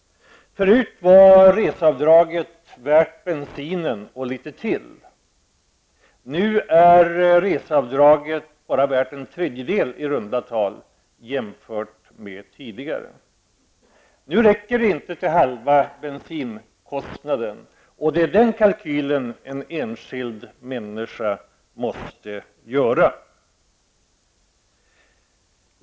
Förut motsvarade reseavdraget bensinkostnaderna och litet till. Nu är reseavdraget bara värt drygt en tredjedel av vad det var tidigare. Nu räcker det inte ens till halva bensinkostnaden. Det är den kalkylen en enskild människa måste göra.